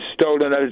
stolen